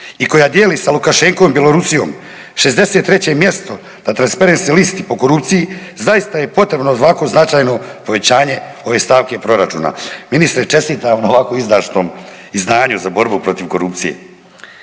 i koja dijeli sa Lukašenkom i Bjelorusijom 63. mjesto na Transparency listi po korupciji zaista je potrebno ovako značajno povećanje ove stavke proračuna. Ministre čestitam na ovako izdašnom izdanju za borbu protiv korupcije.